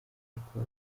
ariko